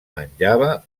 menjava